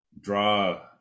draw